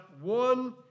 one